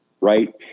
Right